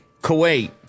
Kuwait